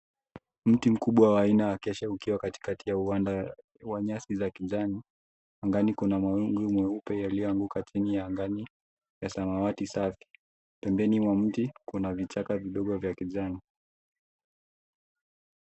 Mti mkubwa wa aina ya acacia katikati ya uwanda wa nyasi za kijani. Angani kuna mawingu meupe yaliyoanguka chini ya anga ni samawati safi. Pembeni mwa mti kuna vichaka vidogo vya kijani.